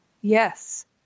yes